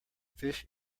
fish